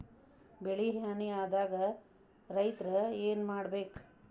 ಬೆಳಿ ಹಾನಿ ಆದಾಗ ರೈತ್ರ ಏನ್ ಮಾಡ್ಬೇಕ್?